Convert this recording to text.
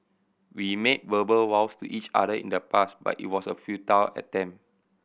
we made verbal vows to each other in the past but it was a futile attempt